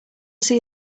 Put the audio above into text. see